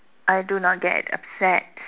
I do not get upset